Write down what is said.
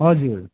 हजुर